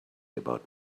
about